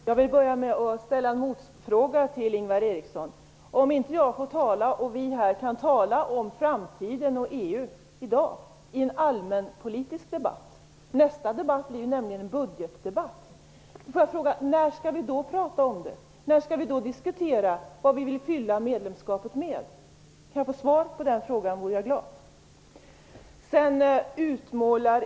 Herr talman! Först en motfråga till Ingvar Eriksson: Om vi här i dag i den allmänpolitiska debatten - nästa stora debatt är budgetdebatten - inte kan tala om framtiden, när skall vi då prata om den och när skall vi då diskutera vad vi vill fylla medlemskapet med? Jag vore glad för ett svar på den frågan.